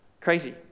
Crazy